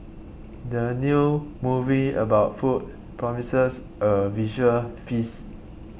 the new movie about food promises a visual feast